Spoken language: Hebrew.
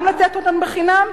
גם לתת אותן בחינם,